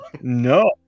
No